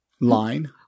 Line